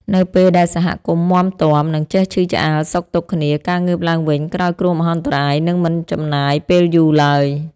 នៅពេលដែលសហគមន៍មាំទាំ និងចេះឈឺឆ្អាលសុខទុក្ខគ្នា ការងើបឡើងវិញក្រោយគ្រោះមហន្តរាយនឹងមិនចំណាយពេលយូរឡើយ។